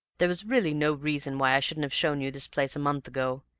there was really no reason why i shouldn't have shown you this place a month ago,